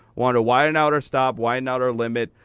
want to widen out our stop, widen out our limit.